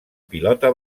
pilota